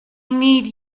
need